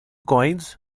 coins